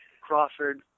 Crawford